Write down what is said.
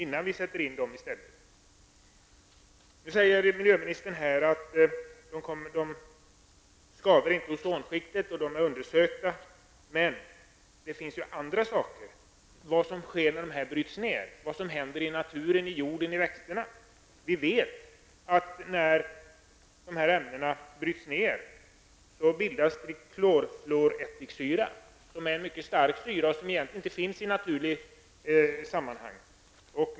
Nu säger miljöministern att dessa nya ämnen inte skadar ozonskiktet och att de är undersökta. Men det finns andra frågor. Vad händer när dessa ämnen bryts ner? Vad händer i naturen, jorden och växterna? Vi vet att när dessa ämnen bryts ner bildas triklorfluorättikssyra, som är mycket stark och som egentligen inte finns i naturligt sammanhang.